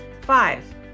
Five